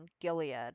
Gilead